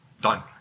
Done